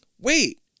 Wait